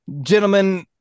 Gentlemen